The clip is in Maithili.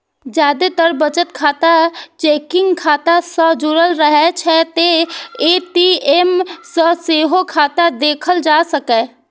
जादेतर बचत खाता चेकिंग खाता सं जुड़ रहै छै, तें ए.टी.एम सं सेहो खाता देखल जा सकैए